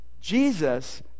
Jesus